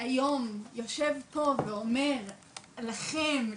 היום יושב פה ואומר לכם,